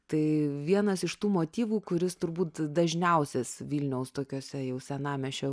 tai vienas iš tų motyvų kuris turbūt dažniausias vilniaus tokiose jau senamiesčio